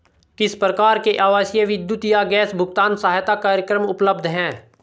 किस प्रकार के आवासीय विद्युत या गैस भुगतान सहायता कार्यक्रम उपलब्ध हैं?